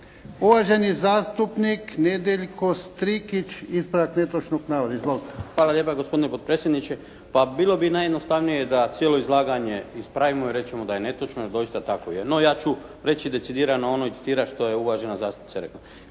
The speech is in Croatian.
Uvaženi zastupnik Nedeljko Strikić, ispravak netočnog navoda. Izvolite. **Strikić, Nedjeljko (HDZ)** Hvala lijepa gospodine potpredsjedniče. Pa bilo bi najjednostavnije da cijelo izlaganje ispravimo i rečemo da je netočno, jer doista tako je. No, ja ću reći decidirano ono i citirati što je uvažena zastupnica